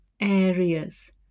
areas